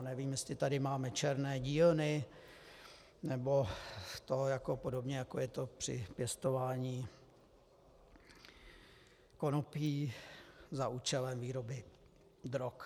Nevím, jestli tady máme černé dílny nebo je to podobné, jako je to při pěstování konopí za účelem výroby drog.